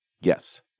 Yes